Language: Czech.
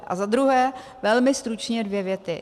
A za druhé velmi stručně dvě věty.